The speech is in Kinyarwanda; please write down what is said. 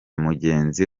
mugenzi